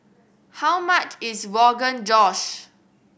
how much is Rogan Josh